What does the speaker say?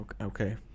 Okay